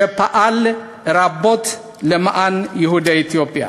שפעל רבות למען יהודי אתיופיה.